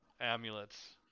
amulets